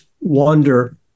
wonder